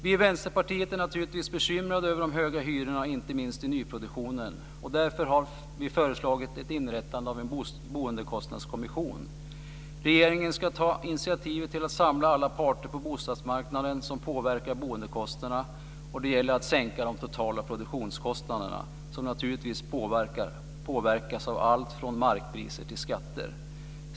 Vi i Vänsterpartiet är naturligtvis bekymrade över de höga hyrorna, inte minst i nyproduktionen. Därför har vi föreslagit ett inrättande av en boendekostnadskommission. Regeringen ska ta initiativ till att samla alla parter på bostadsmarknaden som påverkar boendekostnaderna. Det gäller att sänka de totala produktionskostnaderna, som naturligtvis påverkas av allt från markpriser till skatter.